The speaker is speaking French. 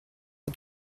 pas